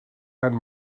and